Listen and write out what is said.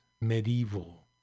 medieval